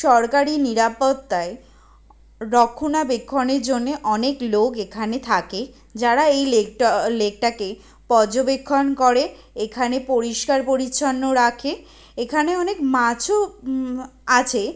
সরকারি নিরাপত্তায় রক্ষণাবেক্ষণের জন্যে অনেক লোক এখানে থাকে যারা এই লেকটা লেকটাকে পর্যবেক্ষণ করে এখানে পরিষ্কার পরিচ্ছন্ন রাখে এখানে অনেক মাছও আছে